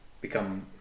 become